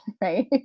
right